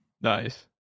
Nice